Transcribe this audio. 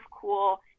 cool